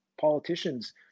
politicians